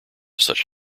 such